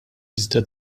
iżda